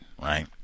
right